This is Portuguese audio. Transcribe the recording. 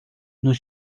nos